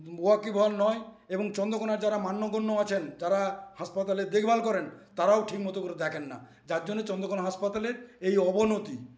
ওয়াকিবহাল নয় এবং চন্দ্রকোনার যারা মান্যগণ্য আছেন যারা হাসপাতালের দেখভাল করেন তারাও ঠিক মতো করে দেখেন না যার জন্য চন্দ্রকোনা হাসপাতালের এই অবনতি